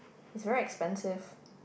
it's very expensive